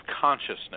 consciousness